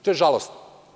To je žalosno.